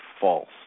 false